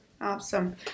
Awesome